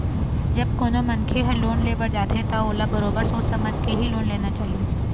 जब कोनो मनखे ह लोन ले बर जाथे त ओला बरोबर सोच समझ के ही लोन लेना चाही